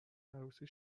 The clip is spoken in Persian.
عروسی